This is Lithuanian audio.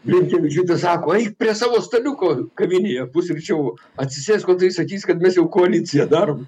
blinkevičiūtė sako eik prie savo staliuko kavinėje pusryčiavo atsisėsk o tai sakys kad mes jau koaliciją darom